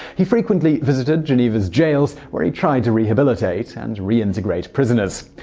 he frequently visited geneva's jails, where he tried to rehabilitate and reintegrate prisoners.